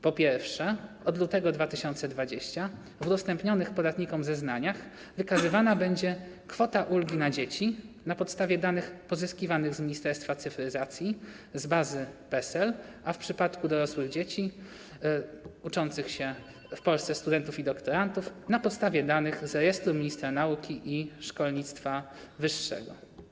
Po pierwsze, od lutego 2020 r. w udostępnionych podatnikom zeznaniach wykazywana będzie kwota ulgi na dzieci na podstawie danych pozyskiwanych z Ministerstwa Cyfryzacji z bazy PESEL, a w przypadku dorosłych dzieci uczących się w Polsce, studentów i doktorantów - na podstawie danych z rejestru ministra nauki i szkolnictwa wyższego.